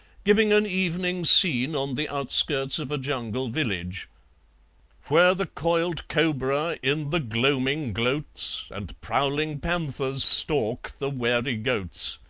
giving an evening scene on the outskirts of a jungle village where the coiled cobra in the gloaming gloats, and prowling panthers stalk the wary goats